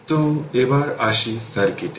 তো এবার আসি সার্কিটে